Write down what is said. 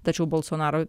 tačiau balsonaro